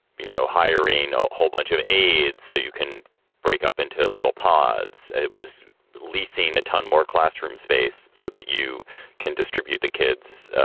you know, hiring a whole bunch of aides so you can break up into a little pods. it was leasing a ton more classroom space so that you can distribute the kids